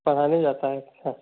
पढ़ाने जाता है अच्छा